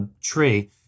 tree